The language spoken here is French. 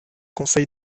conseil